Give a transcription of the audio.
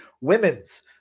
women's